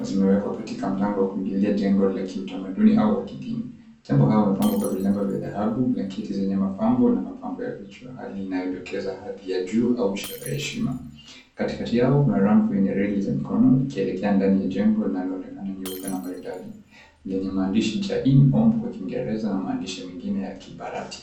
zimewekwa katika mlango wa kuingilia jengo la kiutamaduni au wa kidini. Tembo hao wamepambwa kwa vilemba vya dhahabu blankiti zenye mapambo na mapambo ya vichwa. Hali inayodokeza hadhi ya juu au ishara ya heshima. Katikati yao kuna ramp yenye reli za mikono ikielekea ndani ya jengo linaloonekana nyeupe na maridadi lenye maandishi, Jain Om kwa Kiingereza, na maandishi mengine ya Kibarati.